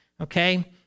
okay